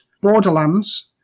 Borderlands